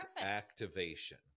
activation